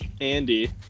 Andy